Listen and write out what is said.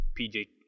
PJ